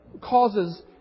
causes